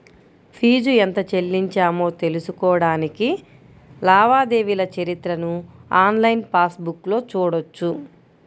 fee ఎంత చెల్లించామో తెలుసుకోడానికి లావాదేవీల చరిత్రను ఆన్లైన్ పాస్ బుక్లో చూడొచ్చు